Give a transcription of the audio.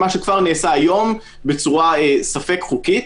מה שכבר נעשה היום בצורה ספק חוקית.